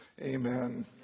Amen